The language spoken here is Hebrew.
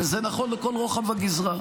וזה נכון לכל רוחב הגזרה.